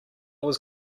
was